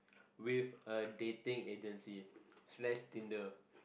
with a dating agency slash Tinder